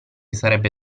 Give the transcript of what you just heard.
sarebbe